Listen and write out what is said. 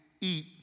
eat